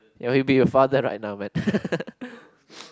you know he will be your father right now man